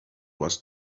was